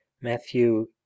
Matthew